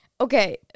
Okay